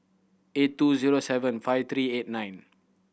eight two zero seven five three eight nine